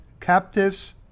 captives